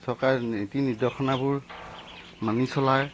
চৰকাৰে নীতি নিদেশনাবোৰ মানি চলাই